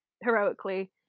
heroically